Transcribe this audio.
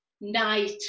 night